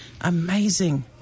amazing